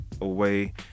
away